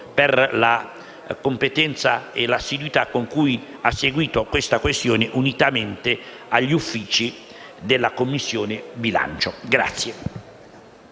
Grazie